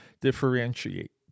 differentiate